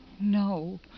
No